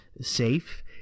safe